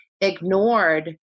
ignored